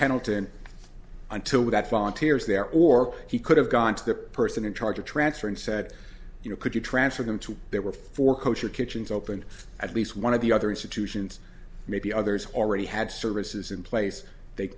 pendleton until without falling tears there or he could have gone to the person in charge of transfer and said you know could you transfer them to there were four kosher kitchens open at least one of the other institutions maybe others already had services in place they